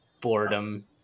boredom